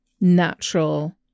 natural